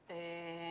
(ב),